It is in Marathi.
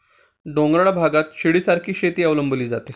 डोंगराळ भागात शिडीसारखी शेती अवलंबली जाते